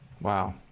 Wow